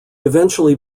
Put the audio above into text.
eventually